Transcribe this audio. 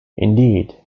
indeed